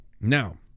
Now